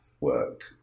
work